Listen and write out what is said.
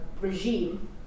regime